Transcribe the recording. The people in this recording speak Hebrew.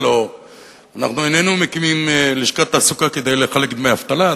הלוא איננו מקימים לשכת תעסוקה כדי לחלק דמי אבטלה,